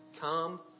come